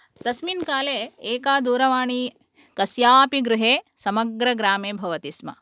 तस्मिन् काले एका दूरवाणी कस्यापि गृहे समग्रग्रामे भवति स्म